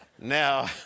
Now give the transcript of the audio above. Now